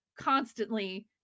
constantly